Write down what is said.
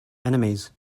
enemies